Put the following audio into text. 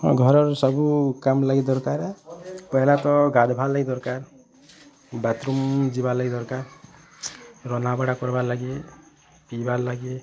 ଘରର ସବୁ କାମ୍ ଲାଗି ଦରକାର୍ ହେ ପହେଲା ତ ଗାଧବାର୍ ଲାଗି ଦରକାର୍ ବାଥରୁମ୍ ଯିବା ଲାଗି ଦରକାର୍ ରନ୍ଧାବଢ଼ା କରିବାର୍ ଲାଗି ପିଇବାର୍ ଲାଗି